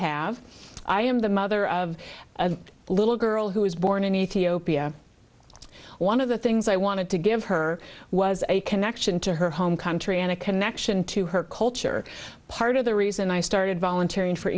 have i am the mother of a little girl who was born in ethiopia one of the things i wanted to give her was a connection to her home country and a connection to her culture part of the reason i started volunteering for